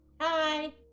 Hi